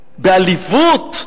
בעליבות,